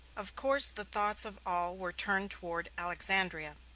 of course the thoughts of all were turned toward alexandria.